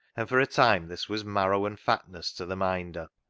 and for a time this was marrow and fatness to the minder.